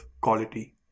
quality